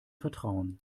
vertrauen